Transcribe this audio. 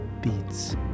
beats